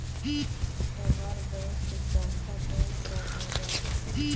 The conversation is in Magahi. तोहार बैंक की शाखा कौन सा हवअ